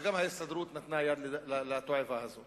וגם ההסתדרות נתנה יד לתועבה הזאת.